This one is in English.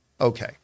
Okay